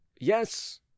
yes